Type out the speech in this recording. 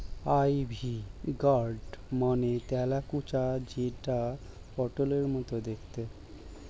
ivy gourd মানে তেলাকুচা যেটা পটলের মতো দেখতে